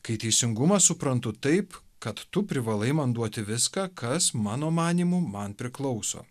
kai teisingumą suprantu taip kad tu privalai man duoti viską kas mano manymu man priklauso